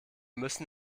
müssen